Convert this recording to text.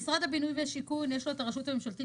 למשרד הבינוי והשיכון יש את הרשות הממשלתית